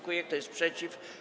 Kto jest przeciw?